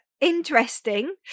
interesting